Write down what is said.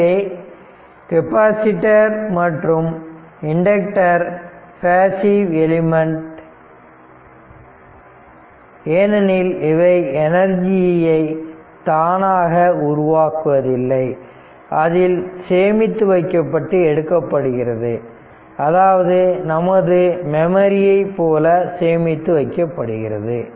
எனவே கெப்பாசிட்டர் மற்றும் inductor passive elements ஏனெனில் இவை எனர்ஜியை தானாக உருவாக்குவதில்லை அதில் சேமித்து வைக்கப்பட்டு எடுக்கப்படுகிறது அதாவது நமது மெமரியை போல சேமித்து வைக்கப்படுகிறது